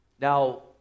Now